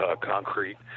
concrete